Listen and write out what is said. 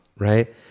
right